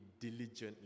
diligently